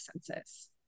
senses